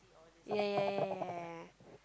ya ya ya ya ya